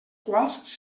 quals